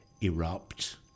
erupt